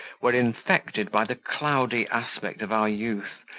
were infected by the cloudy aspect of our youth,